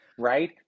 right